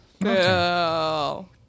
No